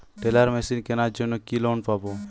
Teller machine কেনার জন্য কি লোন পাব?